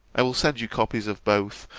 i will send you copies of both,